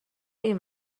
این